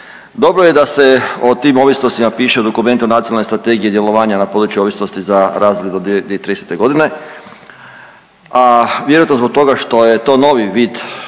Dobro je da se o tim ovisnostima piše u dokumentu Nacionalne strategije djelovanja na području ovisnosti za razdoblje do 2030. godine, a vjerojatno zbog toga što je to novi vid